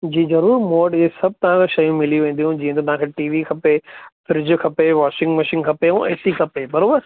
जी ज़रूर मूं वटि इहे सभु तव्हांखे शयूं मिली वेंदियूं जीअं त तव्हांखे टी वी खपे फ्रिज खपे वॉशिंग मशीन खपे ऐं ए सी खपे बराबरि